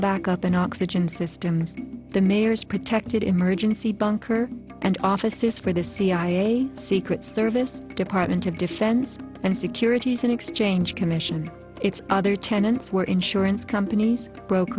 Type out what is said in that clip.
backup an oxygen system in the mayor's protected emergency bunker and office for the cia secret service department of defense and securities and exchange commission its other tenants were insurance companies broke